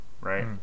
right